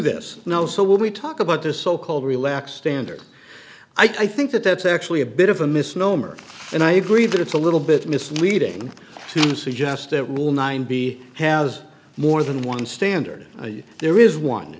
this no so when we talk about this so called relaxed standard i think that that's actually a bit of a misnomer and i agree that it's a little bit misleading to suggest that will nine be has more than one standard a year there is one